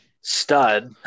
stud